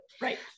right